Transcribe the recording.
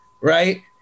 right